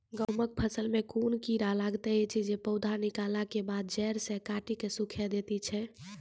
गेहूँमक फसल मे कून कीड़ा लागतै ऐछि जे पौधा निकलै केबाद जैर सऽ काटि कऽ सूखे दैति छै?